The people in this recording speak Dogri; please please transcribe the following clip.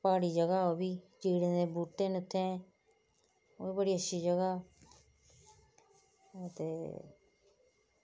प्हाड़ी जगह् ओह् चीड़ें दे बूह्ट्टे न उत्थै ओह्बी बड़ी अच्छी जगह् ते